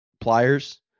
pliers